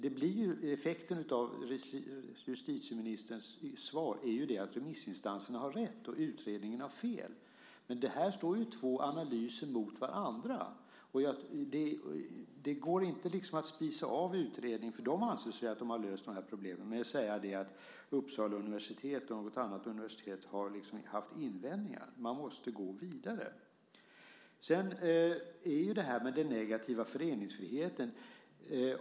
Effekten av hennes svar är ju att remissinstanserna har rätt och utredningen har fel. Här står två analyser mot varandra, och det går inte att avspisa utredningen - den anser sig ju ha löst problemen - med att säga att Uppsala universitet och något annat universitet har haft invändningar. Man måste gå vidare. Sedan har vi den negativa föreningsfriheten.